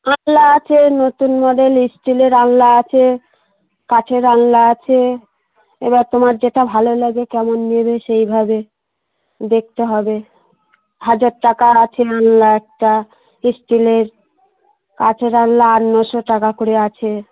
আলনা আছে নতুন মডেল স্টিলের আলনা আছে কাঁচের আলনা আছে এবার তোমার যেটা ভালো লাগে কেমন নেবে সেইভাবে দেখতে হবে হাজার টাকার আছে আলনা একটা স্টিলের কাঁচের আলনা আট নশো টাকা করে আছে